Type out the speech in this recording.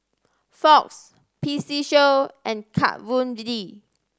Fox P C Show and Kat Von D